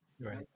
right